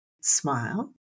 smile